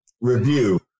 review